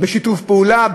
בשיתוף פעולה,